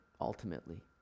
ultimately